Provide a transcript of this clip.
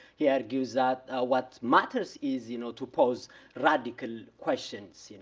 he argues that what matters is you know to pose radical questions.